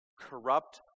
corrupt